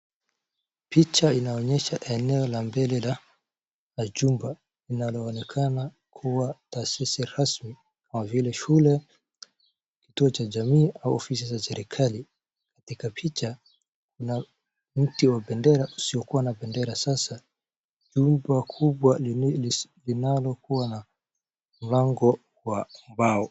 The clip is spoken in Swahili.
Picha inaonyesha eneo la mbele la la chumba linaloonekana kuwa taasisi rasmi kama vile shule, kituo cha jamii au ofisi za serikali. Katika picha kuna mti wa bendera usiokuwa na bendera sasa, jumba kubwa lenye linalokuwa mlango wa mbao.